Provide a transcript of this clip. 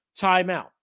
timeout